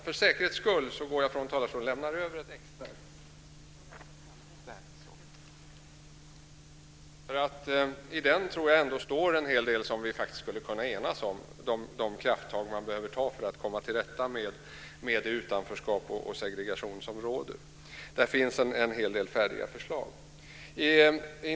Jag lämnar talarstolen för att för säkerhets skull lämna över ett exemplar av den. Jag tror att det i den står en hel del som vi skulle kunna enas om vad gäller krafttag som behöver tas för att man ska komma till rätta med det utanförskap och den segregation som råder. Där finns en hel del färdiga förslag.